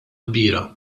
kbira